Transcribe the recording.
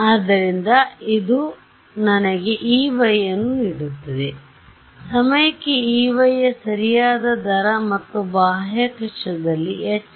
ಆದ್ದರಿಂದ ಅದು ನನಗೆ Ey ಅನ್ನು ನೀಡುತ್ತದೆ ಸಮಯಕ್ಕೆ Ey ಯ ಸರಿಯಾದ ದರ ಮತ್ತು ಬಾಹ್ಯಾಕಾಶದಲ್ಲಿ Hz